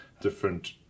different